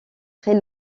très